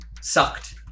Sucked